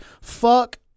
Fuck